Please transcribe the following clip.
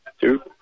Two